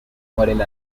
model